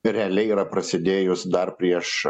realiai yra prasidėjus dar prieš